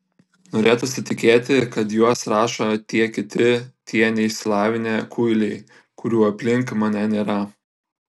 norėtųsi tikėti kad juos rašo tie kiti tie neišsilavinę kuiliai kurių aplink mane nėra